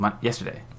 yesterday